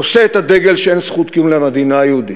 נושא את הדגל שאין זכות קיום למדינה יהודית.